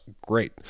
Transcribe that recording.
Great